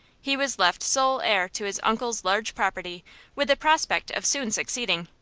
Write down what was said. he was left sole heir to his uncle's large property with the prospect of soon succeeding,